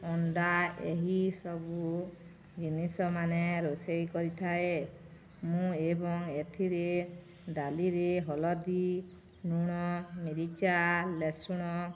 ଅଣ୍ଡା ଏହିସବୁ ଜିନିଷମାନେ ରୋଷେଇ କରିଥାଏ ମୁଁ ଏବଂ ଏଥିରେ ଡାଲିରେ ହଲଦୀ ଲୁଣ ମିରିଚା ରସୁଣ